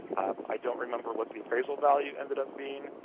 i don't remember what the appraisal value ended up being.